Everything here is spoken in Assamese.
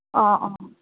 অঁ অঁ